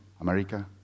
America